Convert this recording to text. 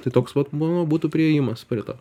tai toks vat manau būtų priėjimas prie to